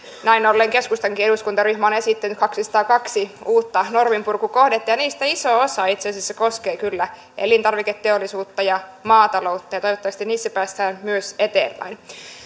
näin ollen keskustankin eduskuntaryhmä on esittänyt kaksisataakaksi uutta norminpurkukohdetta ja niistä iso osa itse asiassa koskee kyllä elintarviketeollisuutta ja maataloutta ja toivottavasti niissä päästään myös eteenpäin